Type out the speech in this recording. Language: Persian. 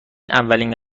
اولین